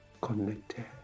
connected